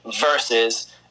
versus